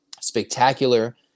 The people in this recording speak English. spectacular